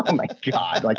um like god, like